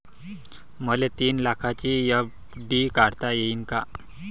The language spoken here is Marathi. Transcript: मले तीन लाखाची एफ.डी काढता येईन का?